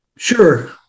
Sure